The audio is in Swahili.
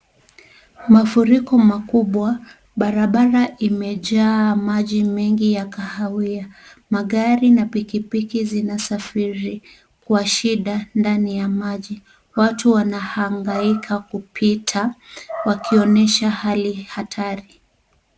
Mafuriko makubwa, barabara imejaa maji mingi ya kahawia, magari na pikipiki zinasafiri kwa shida ndani ya maji, watu wanahangaika kupita wakionyesha hali hatari.